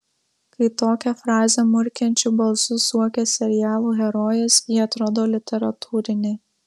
kai tokią frazę murkiančiu balsu suokia serialų herojės ji atrodo literatūrinė